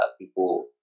people